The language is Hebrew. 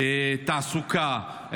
תעסוקה,